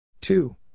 Two